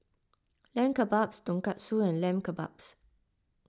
Lamb Kebabs Tonkatsu and Lamb Kebabs